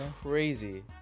crazy